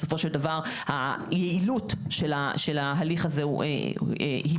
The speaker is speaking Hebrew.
בסופו של דבר, היעילות של ההליך הזה היא פחותה.